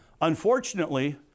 Unfortunately